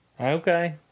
okay